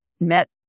met